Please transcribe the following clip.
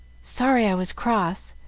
sorry i was cross.